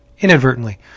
Inadvertently